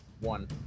one